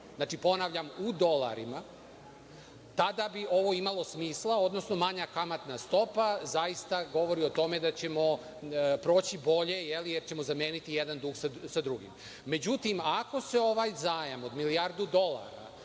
ponavljam, u dolarima, tada bi ovo imalo smisla, odnosno manja kamatna stopa zaista govori o tome da ćemo proći bolje jer ćemo zameniti jedan dug sa drugim.Međutim, ako se ovaj zajam od milijardu dolara